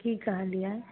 की कहलियै